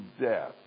death